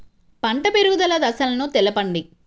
పంట పెరుగుదల దశలను తెలపండి?